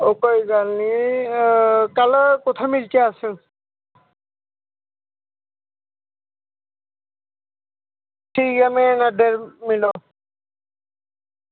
ओह् कोई गल्ल नी कल कुत्थैं मिलचै अस ठीक ऐ मेन अड्डे पर मिलो